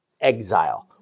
exile